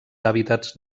hàbitats